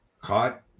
caught